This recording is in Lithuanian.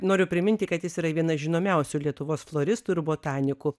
noriu priminti kad jis yra vienas žinomiausių lietuvos floristų ir botanikų